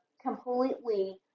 completely